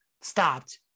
stopped